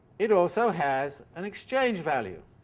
it also has an exchange-value.